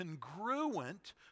congruent